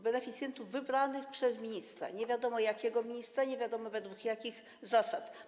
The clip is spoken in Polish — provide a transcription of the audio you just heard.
Beneficjentów wybranych przez ministra, nie wiadomo jakiego ministra, nie wiadomo według jakich zasad.